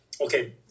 okay